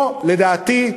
פה, לדעתי,